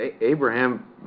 Abraham